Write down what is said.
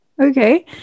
okay